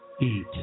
eat